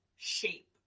shape